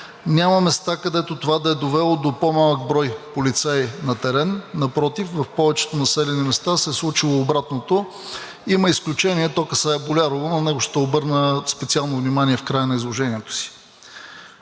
Няма места, където това да е довело до по-малък брой полицаи на терен. Напротив, в повечето населени места се е случило обратното. Има изключение, и то касае Болярово. На него ще обърна специално внимание в края на изложението си.